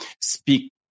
speak